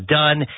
done